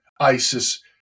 ISIS